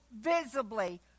visibly